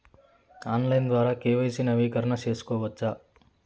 Online ద్వారా KYC నవీకరణ సేసుకోవచ్చా?